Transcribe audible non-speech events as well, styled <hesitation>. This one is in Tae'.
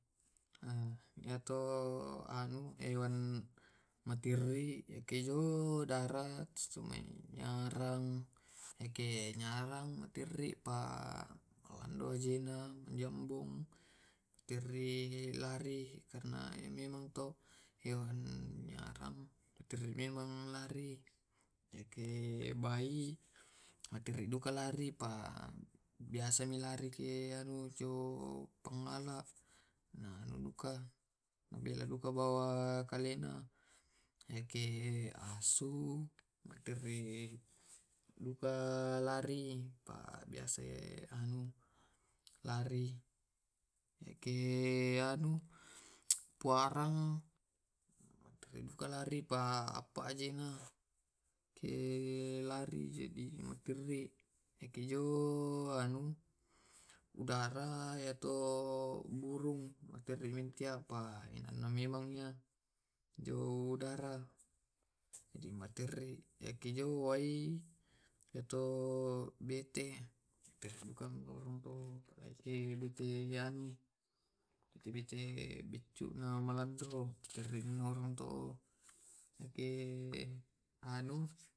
<hesitation> yake jo i anu jo darat yake hewan madomi biasa to biasa nyarang <hesitation> bai, asu, bisa duka biawak saba yake biawak bisa duka jong wai jong darat yake <hesitation> hewan anu madomi biasa deng cicca <hesitation> kura-kura saba yake madomi i kan ke nyarang kalando lettena mane ke bai biasa kan biasa juga na anu to diula saba yamito na madomi ke bai ke asu biasa di pake mangula bai yamito na madomi saba yake kalena maringan duka yake biawak biasa naula tau duka yamito na madomi lari na ende duka lettena madomi duka